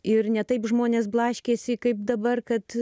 ir ne taip žmonės blaškėsi kaip dabar kad